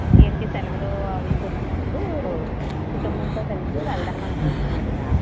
ఏంటి సెలవులు అవి దొరికినప్పుడు కుటుంబంతో కలిసి వెళ్దాం అనుకుంటున్నాం వదినా